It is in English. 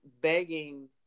begging